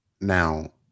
Now